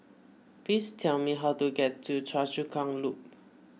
please tell me how to get to Choa Chu Kang Loop